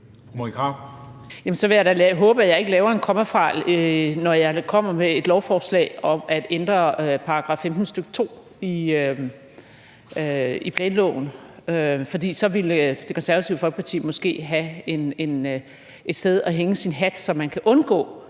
så vil jeg da håbe, at jeg ikke laver en kommafejl, når jeg kommer med et forslag om at ændre § 15, stk. 2, i planloven, for så ville Det Konservative Folkeparti måske have et sted at hænge sin hat, så man kan undgå